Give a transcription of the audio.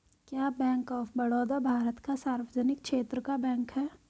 क्या bank of Baroda भारत का सार्वजनिक क्षेत्र का बैंक है?